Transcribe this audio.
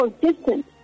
consistent